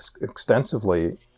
extensively